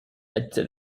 etc